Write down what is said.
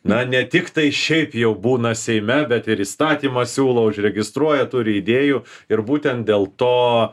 na ne tiktai šiaip jau būna seime bet ir įstatymą siūlo užregistruoja turi idėjų ir būtent dėl to